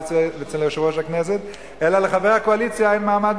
אצל יושב-ראש הכנסת אלא לחבר הקואליציה אין מעמד